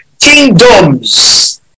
Kingdoms